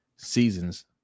seasons